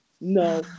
No